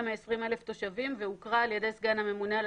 מ-20,000 תושבים והיא הוכרה על ידי סגן הממונה על